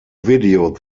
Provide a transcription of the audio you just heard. video